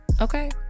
okay